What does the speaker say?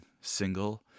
single